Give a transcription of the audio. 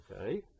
okay